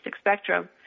spectrum